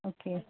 okay